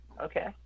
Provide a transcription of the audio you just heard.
Okay